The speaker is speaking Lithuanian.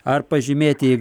ar pažymėtieji